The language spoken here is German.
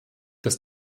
dass